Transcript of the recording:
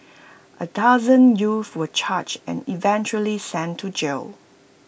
A dozen youth were charged and eventually sent to jail